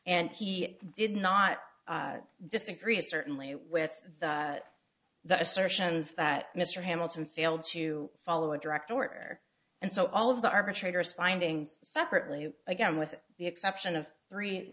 and he did not disagree is certainly with the assertions that mr hamilton failed to follow a direct order and so all of the arbitrator's findings separately again with the exception of three